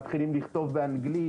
מתחלים לכתוב באנגלית,